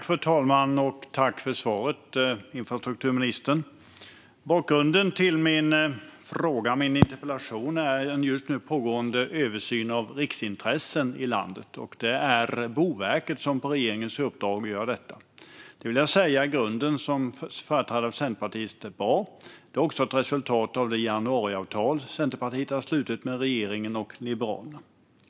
Fru talman! Tack för svaret, infrastrukturministern! Bakgrunden till min interpellation är den just nu pågående översynen av riksintressen i landet. Det är Boverket som på regeringens uppdrag gör denna. Som företrädare för Centerpartiet vill jag säga att detta i grunden är bra. Det är också ett resultat av det januariavtal som Centerpartiet har slutit med regeringen och Liberalerna.